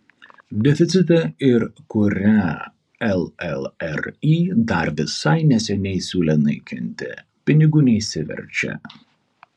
deficitą ir kurią llri dar visai neseniai siūlė naikinti pinigų neišsiverčia